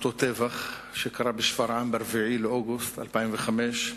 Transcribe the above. באותו טבח שקרה בשפרעם ב-4 באוגוסט 2005,